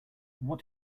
what